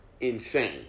Insane